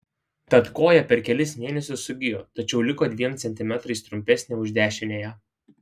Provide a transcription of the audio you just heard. tad koja per kelis mėnesius sugijo tačiau liko dviem centimetrais trumpesnė už dešiniąją